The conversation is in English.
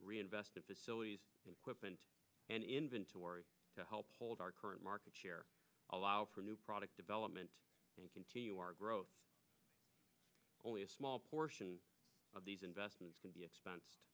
reinvest in facilities and equipment and inventory to help hold our current market share allow for new product divel meant to continue our growth only a small portion of these investments can be expense